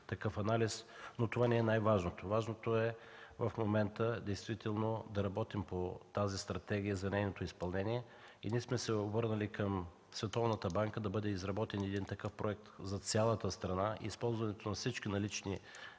такъв анализ, но това не е най-важното. Важното в момента е действително да работим по тази стратегия, за нейното изпълнение. Обърнали сме се към Световната банка да бъде изработен един такъв проект за цялата страна, използването на всички налични